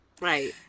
Right